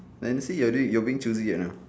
then see you're doing you're being choosy ya now